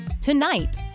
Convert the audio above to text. Tonight